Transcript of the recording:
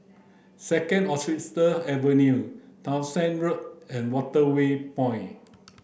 Second Avenue Townshend Road and Waterway Point